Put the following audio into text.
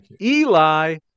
Eli